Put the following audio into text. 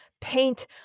paint